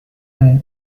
l’est